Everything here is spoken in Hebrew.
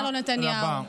אלו החיים, ענה לו נתניהו.